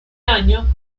año